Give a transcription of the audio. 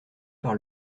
par